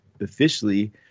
officially